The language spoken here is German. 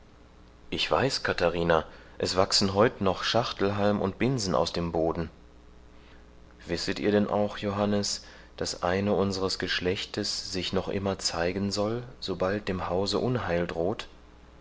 ich weiß katharina es wachsen heut noch schachtelhalm und binsen aus dem boden wisset ihr denn auch johannes daß eine unseres geschlechtes sich noch immer zeigen soll sobald dem hause unheil droht